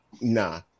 nah